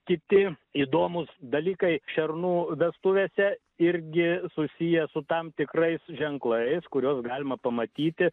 kiti įdomūs dalykai šernų vestuvėse irgi susiję su tam tikrais ženklais kuriuos galima pamatyti